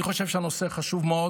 אני חושב שהנושא חשוב מאוד.